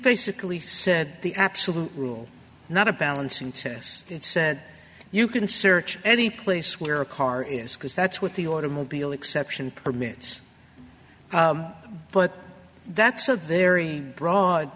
basically said the absolute rule not a balancing test that said you can search any place where a car is because that's what the automobile exception permits but that's a very broad